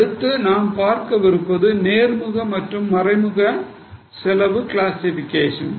அடுத்து நாம் பார்ப்பது நேர்முக மற்றும் மறைமுக செலவு கிளாசிஃபிகேஷன்